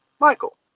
Michael